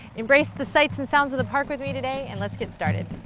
embrace the sights and sounds of the park with me today, and let's get started